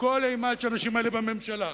שכל אימת שהאנשים האלה בממשלה,